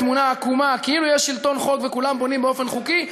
תמונה עקומה כאילו יש שלטון חוק וכולם בונים באופן חוקי,